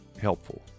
helpful